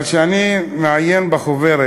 אבל כשאני מעיין בחוברת